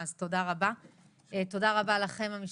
אז תודה רבה לכם המשתתפים,